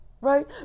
Right